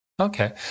Okay